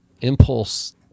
Impulse